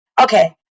Okay